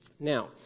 Now